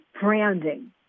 branding